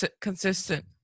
consistent